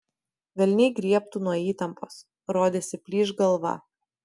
velniai griebtų nuo įtampos rodėsi plyš galva